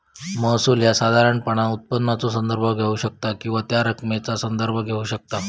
महसूल ह्या साधारणपणान उत्पन्नाचो संदर्भ घेऊ शकता किंवा त्या रकमेचा संदर्भ घेऊ शकता